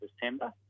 December